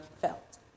felt